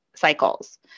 cycles